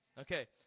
Okay